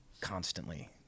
constantly